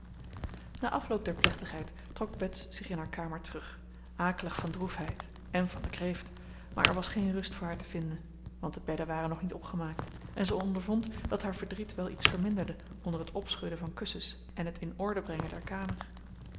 na afloop der plechtigheid trok bets zich in haar kamer terug akelig van droefheid en van de kreeft maar er was geen rust voor haar te vinden want de bedden waren nog niet opgemaakt en ze ondervond dat haar verdriet wel iets verminderde onder het opschudden van kussens en het in orde brengen der kamer